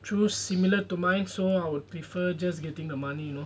true similar to mine so I would prefer just getting the money you know